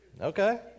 Okay